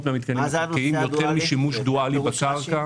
במתקנים איכותיים ויותר משימוש דואלי בקרקע.